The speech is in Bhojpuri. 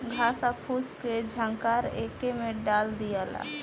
घास आ फूस के झंखार एके में डाल दियाला